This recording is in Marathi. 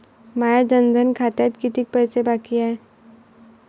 माया जनधन खात्यात कितीक पैसे बाकी हाय?